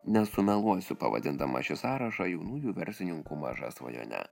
nesumeluosiu pavadindamas šį sąrašą jaunųjų verslininkų maža svajone